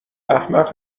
احمق